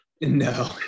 No